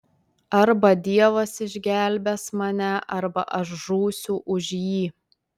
arba dievas išgelbės mane arba aš žūsiu už jį